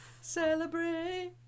celebrate